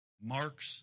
marks